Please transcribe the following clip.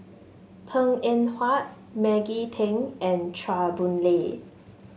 Png Eng Huat Maggie Teng and Chua Boon Lay